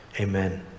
amen